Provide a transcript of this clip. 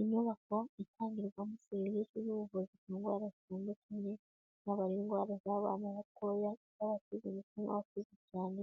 Inyubako itangirwamo serivisi z'ubuvuzi ku ndwara zitandukanye, yaba ari indwara z'abana batoya, iz'abakuze ndetse n'abakuze cyane,